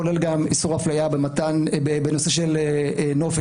כולל גם איסור הפליה בנושא של נופש.